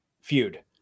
feud